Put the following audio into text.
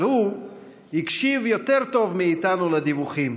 הוא הקשיב יותר טוב מאיתנו לדיווחים,